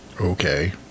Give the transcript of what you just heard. Okay